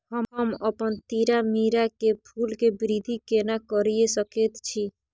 हम अपन तीरामीरा के फूल के वृद्धि केना करिये सकेत छी?